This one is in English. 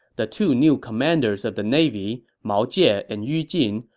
the two new commanders of the navy, mao jie and yu jin,